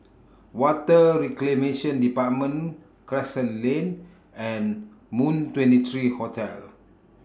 Water Reclamation department Crescent Lane and Moon twenty three Hotel